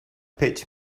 pitch